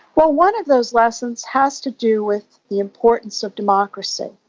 well, one of those lessons has to do with the importance of democracy.